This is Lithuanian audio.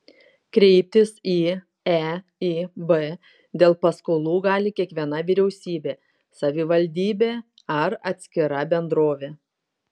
kreiptis į eib dėl paskolų gali kiekviena vyriausybė savivaldybė ar atskira bendrovė